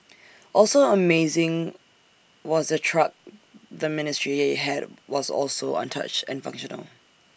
also amazing was the truck the ministry had was also untouched and functional